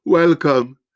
Welcome